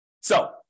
so-